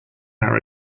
hour